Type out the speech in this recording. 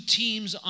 teams